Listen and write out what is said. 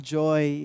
joy